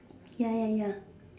ya ya ya